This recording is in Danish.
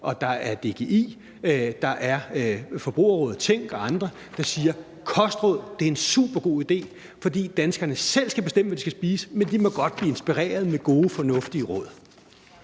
DGI, Forbrugerrådet Tænk og andre – der siger, at kostråd er en supergod idé, fordi danskerne selv skal bestemme, hvad de skal spise, men de må godt blive inspireret af gode, fornuftige råd.